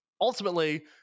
ultimately